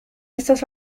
estás